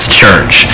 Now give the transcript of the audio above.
church